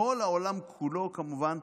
בכל העולם כולו, כמובן,